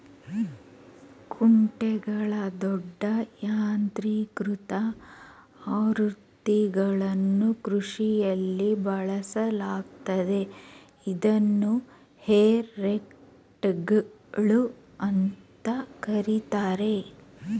ಕುಂಟೆಗಳ ದೊಡ್ಡ ಯಾಂತ್ರೀಕೃತ ಆವೃತ್ತಿಗಳನ್ನು ಕೃಷಿಯಲ್ಲಿ ಬಳಸಲಾಗ್ತದೆ ಇದನ್ನು ಹೇ ರೇಕ್ಗಳು ಅಂತ ಕರೀತಾರೆ